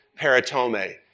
paratome